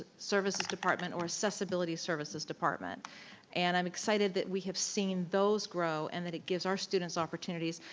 services department or accessibility services department and i'm excited that we have seen those grow and that it gives our students opportunities.